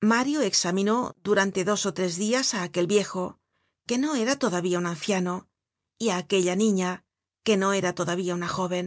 mario examinó durante dos ó tres dias á aquel viejo que no era todavía un anciano y á aquella niña que no era todavía una jóven